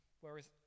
Whereas